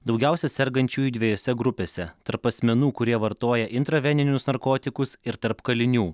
daugiausia sergančiųjų dviejose grupėse tarp asmenų kurie vartoja intraveninius narkotikus ir tarp kalinių